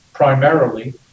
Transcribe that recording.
primarily